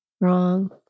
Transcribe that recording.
wrong